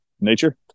nature